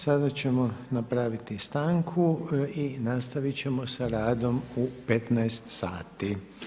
Sada ćemo napraviti stanku i nastavit ćemo sa radom u 15,00 sati.